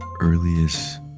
earliest